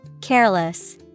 Careless